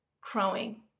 crowing